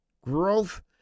Growth